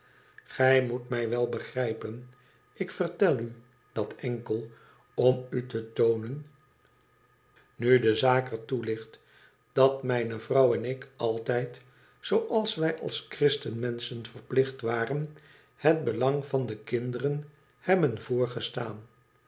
gij moet mij wel begrijpen ik vertel u dat enkel om u te toonen nu de zasüc er toe ligt dat mijne vrouw en ik altijd zooals wij als christen menschen verplicht waren het belang van de kinderen hebben voorgestaan